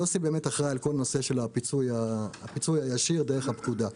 יוסי אחראי לכל נושא הפיצוי הישיר דרך הפקודה.